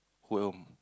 who at home